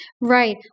Right